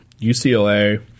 UCLA